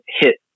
hit